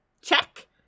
Check